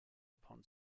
upon